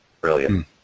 Brilliant